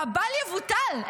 והבל-יבוטל,